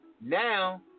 Now